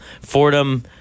Fordham